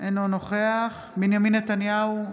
אינו נוכח בנימין נתניהו,